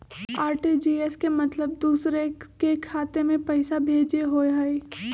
RTGS के मतलब दूसरे के खाता में पईसा भेजे होअ हई?